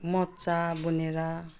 मोजा बुनेर